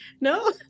No